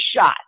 shot